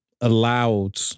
allowed